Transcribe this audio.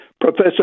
Professor